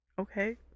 Okay